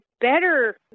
better